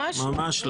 ממש לא.